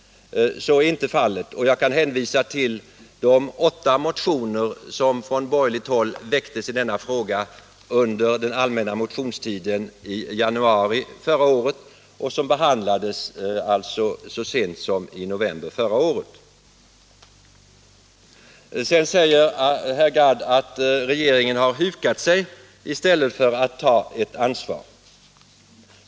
Så är inte fallet, och jag kan hänvisa till de åtta motioner som från borgerligt håll väcktes i denna fråga under den allmänna motionstiden i januari förra året. De behandlades så sent som i november Sedan säger herr Gadd att regeringen har hukat sig i stället för att ta ansvar.